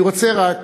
אני רוצה רק,